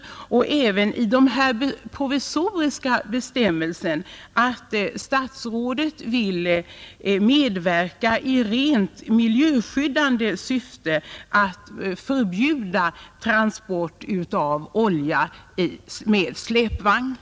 Jag hoppas också att statsrådet redan när det gäller de rent provisoriska bestämmelserna vill medverka i direkt miljöskyddande syfte till att vi kan få fram ett förbud mot oljetransporter med släpvagnar,